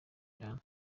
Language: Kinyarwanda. cyane